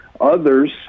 Others